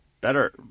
better